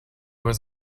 was